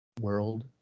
World